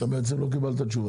גם על זה לא קיבלת תשובה.